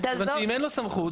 אבל אם אין לו סמכות,